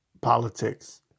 politics